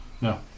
No